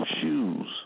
shoes